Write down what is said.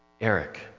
Eric